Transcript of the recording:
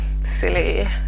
silly